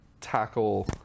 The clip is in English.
tackle